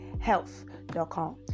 health.com